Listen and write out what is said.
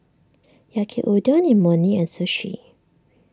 Yaki Udon Imoni and Sushi